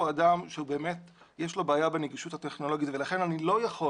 אדם שיש לו בעיה בנגישות הטכנולוגית ולכן אני לא יכול